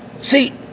See